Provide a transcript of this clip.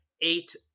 eight